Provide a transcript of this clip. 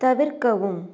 தவிர்க்கவும்